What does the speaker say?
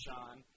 John